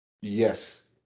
yes